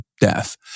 death